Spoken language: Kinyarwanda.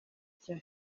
cya